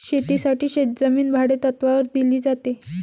शेतीसाठी शेतजमीन भाडेतत्त्वावर दिली जाते